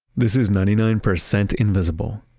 this is ninety nine percent invisible.